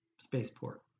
spaceport